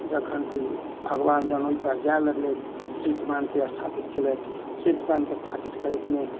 जखन कि भगवान जहन ओइ पार जाय लगलथि तऽ सेतु बाँधके स्थापित केलथि सेतु बाँधके स्थापित करैतमे